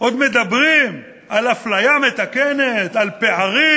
עוד מדברים על אפליה מתקנת, על פערים.